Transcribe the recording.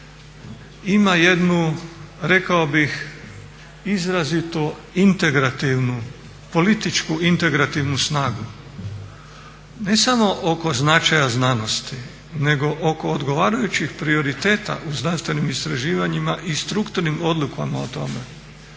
ima jednu rekao bih izrazito integrativnu, političku integrativnu snagu ne samo oko značaja znanosti nego oko odgovarajućih prioriteta u znanstvenim istraživanjima i strukturnim odlukama o tome.